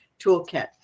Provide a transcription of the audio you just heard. Toolkit